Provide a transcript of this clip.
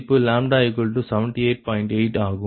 8 ஆகும்